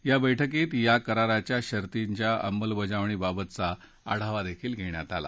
या बैठकीत या करारच्या शर्तींच्या अंमजबजावणी बाबतचा आढावा घेण्यात आला